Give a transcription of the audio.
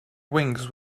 wings